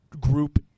group